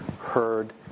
heard